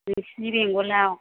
नोंसिनि बेंगलाव